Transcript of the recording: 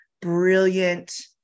brilliant